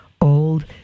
old